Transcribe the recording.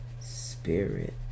spirit